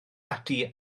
ati